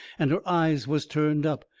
and her eyes was turned up.